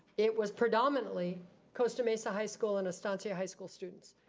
it was predominantly costa mesa high school and estancia high school students.